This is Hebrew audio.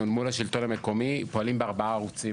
מול השלטון המקומי פועלים בארבעה ערוצים.